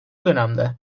dönemde